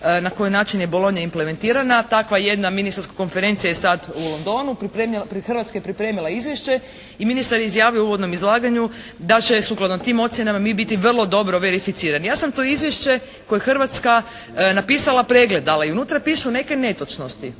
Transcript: na koji način je Bolonja implementirana. Takva jedna ministarska konferencija je sad u Londonu. Hrvatska je pripremila izvješće i ministar je izjavio u uvodnom izlaganju da će sukladno tim ocjenama mi biti vrlo verificirani. Ja sam to izvješće koje je Hrvatska napisala pregledala. I unutra pišu neke netočnosti.